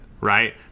right